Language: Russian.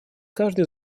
каждое